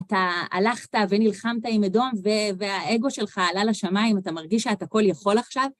אתה הלכת ונלחמת עם אדום והאגו שלך עלה לשמיים, אתה מרגיש שאתה כל יכול עכשיו?